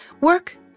Work